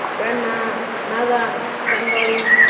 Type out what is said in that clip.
grandma! mother! somebody!